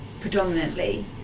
predominantly